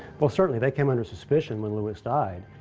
well, certainly. they came under suspicion when lewis died,